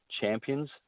champions